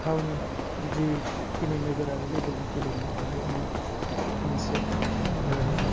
जिखिनि नोगोरारि लेभेलनि गेलेनाय बाहायनो मोनसे